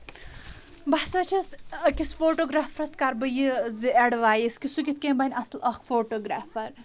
بہٕ ہسا چھَس أکِس فوٹوگرفرس کرٕ بہٕ یہِ زِ ایٚڈوایس کہِ سُہ کِتھ کٕنۍ بَنہِ اَصٕل اکھ فوٹو گریفر